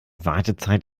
wartezeit